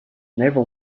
naval